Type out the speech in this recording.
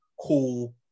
Cool